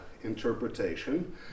interpretation